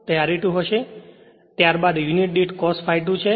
તે R e 2 હશે ત્યારબાદ યુનિટ દીઠ cos ∅ 2 છે